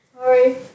Sorry